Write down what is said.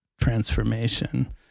transformation